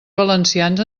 valencians